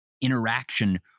interaction